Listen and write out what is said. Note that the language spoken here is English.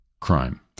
crime